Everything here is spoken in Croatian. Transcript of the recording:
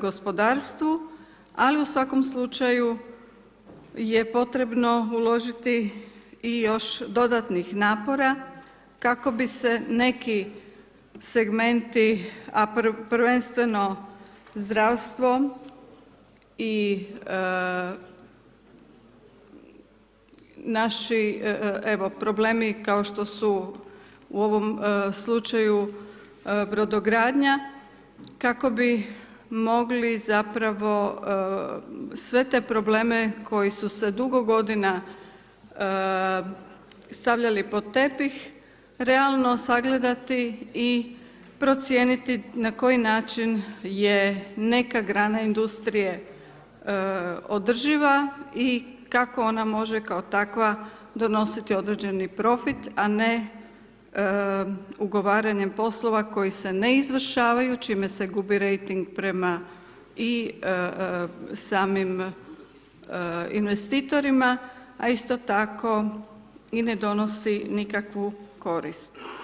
gospodarstvu, ali u svakom slučaju je potrebno uložiti i još dodatnih napora kako bi se neki segmenti a prvenstveno zdravstvo i naši evo problemi kao što su u ovom slučaju brodogradnja kako bi mogli zapravo sve te probleme koji su se dugo godina stavljali pod tepih, realno sagledati i procijeniti na koji način je neka grana industrije održiva i kako ona može kao takva donositi određeni profit a ne ugovaranjem poslova koji se ne izvršavaju čime se gubi rejting i prema samim investitorima, a isto tako i ne donosi nikakvu korist.